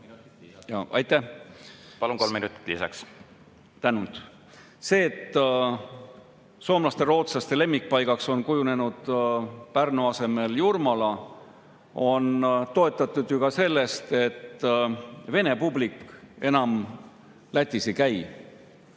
Jaa, palun kolm minutit lisaks! Suur tänu! See, et soomlaste ja rootslaste lemmikpaigaks on kujunenud Pärnu asemel Jurmala, on toetatud ju ka sellest, et Vene publik enam Lätis ei käi.